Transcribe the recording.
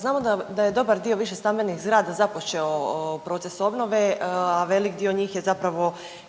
Znamo da je dobar dio više stambenih zgrada započeo proces obnove, a velik dio njih je zapravo